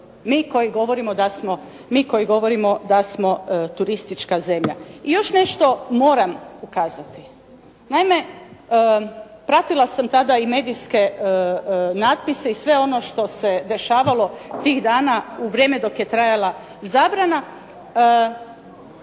Mi koji govorimo da smo turistička zemlja. I još nešto moram ukazati. Naime, pratila sam tada i medijske natpise i sve ono što se dešavalo tih dana u vrijeme dok je trajala zabrana,